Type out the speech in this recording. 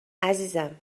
عزیزم